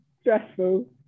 stressful